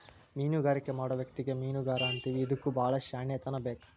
ಮೇನುಗಾರಿಕೆ ಮಾಡು ವ್ಯಕ್ತಿಗೆ ಮೇನುಗಾರಾ ಅಂತೇವಿ ಇದಕ್ಕು ಬಾಳ ಶ್ಯಾಣೆತನಾ ಬೇಕ